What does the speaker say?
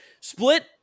Split